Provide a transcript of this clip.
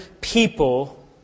people